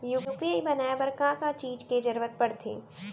UPI बनाए बर का का चीज के जरवत पड़थे?